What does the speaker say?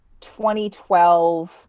2012